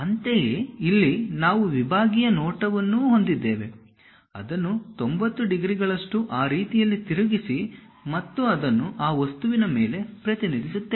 ಅಂತೆಯೇ ಇಲ್ಲಿ ನಾವು ವಿಭಾಗೀಯ ನೋಟವನ್ನು ಹೊಂದಿದ್ದೇವೆ ಅದನ್ನು 90 ಡಿಗ್ರಿಗಳಷ್ಟು ಆ ರೀತಿಯಲ್ಲಿ ತಿರುಗಿಸಿ ಮತ್ತು ಅದನ್ನು ಆ ವಸ್ತುವಿನ ಮೇಲೆ ಪ್ರತಿನಿಧಿಸುತ್ತೇನೆ